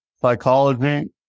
psychology